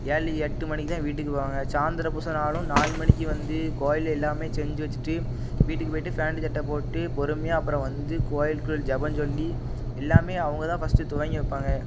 ஏழு எட்டு மணிக்கு தான் வீட்டுக்கு போவாங்க சாய்ந்திரம் பூஜைனாலும் நாலு மணிக்கு வந்து கோவில்ல எல்லாம் செஞ்சு வச்சிட்டு வீட்டுக்கு போயிட்டு ஃபேண்டு சட்டை போட்டு பொறுமையாக அப்புறம் வந்து கோவிலுக்குள்ள ஜெபம் சொல்லி எல்லாம் அவங்க தான் ஃபஸ்ட்டு துவங்கி வைப்பாங்க